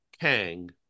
kang